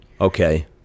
Okay